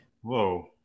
Whoa